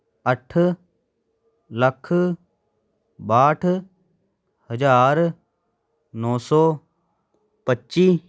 ਅੱਠ ਲੱਖ ਬਾਹਠ ਹਜ਼ਾਰ ਨੌ ਸੌ ਪੱਚੀ